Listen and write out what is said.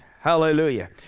hallelujah